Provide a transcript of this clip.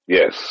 Yes